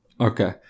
Okay